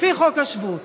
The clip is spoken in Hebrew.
לפי חוק השבות